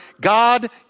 God